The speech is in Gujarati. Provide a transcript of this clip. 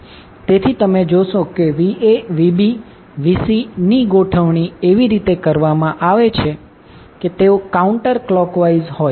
તેથી તમે જોશો કે Va Vb Vc ની ગોઠવણ એવી રીતે કરવામાં આવશે કે તેઓ કાઉન્ટર ક્લોક વાઈઝ હોય